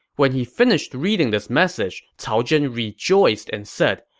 when he finished reading this message, cao zhen rejoiced and said,